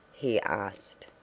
he asked.